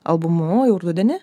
albumu jau rudenį